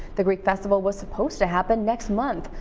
the greek festival was supposed to happen next month.